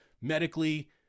medically